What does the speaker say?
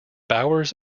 bowers